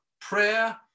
prayer